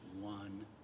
one